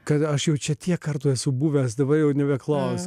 kad aš jau čia tiek kartų esu buvęs dabar jau nebeklausia